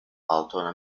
altona